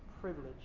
privilege